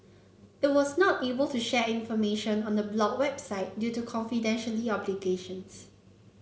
it was not able to share information on the blocked website due to confidentiality obligations